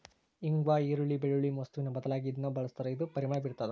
ಇಂಗ್ವಾ ಈರುಳ್ಳಿ, ಬೆಳ್ಳುಳ್ಳಿ ವಸ್ತುವಿನ ಬದಲಾಗಿ ಇದನ್ನ ಬಳಸ್ತಾರ ಇದು ಪರಿಮಳ ಬೀರ್ತಾದ